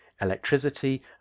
electricity